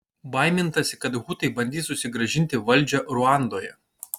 baimintasi kad hutai bandys susigrąžinti valdžią ruandoje